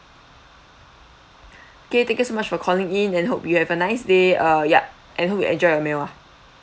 okay thank you so much for calling in and hope you have a nice day uh yup and hope you enjoy your meal ah